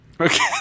Okay